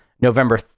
november